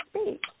speak